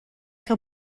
que